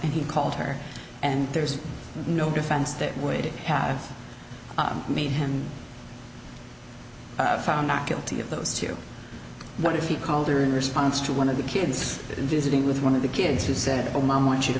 and he called her and there's no defense that would have made him found not guilty of those two but if he called her in response to one of the kids in visiting with one of the kids who said oh mom wants you to